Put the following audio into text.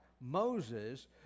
Moses